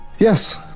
Yes